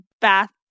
bath